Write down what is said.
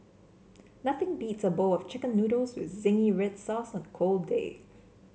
nothing beats a bowl of chicken noodles with zingy red sauce on a cold day